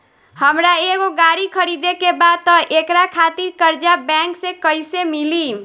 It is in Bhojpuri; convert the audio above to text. हमरा एगो गाड़ी खरीदे के बा त एकरा खातिर कर्जा बैंक से कईसे मिली?